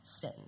sin